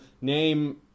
name